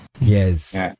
Yes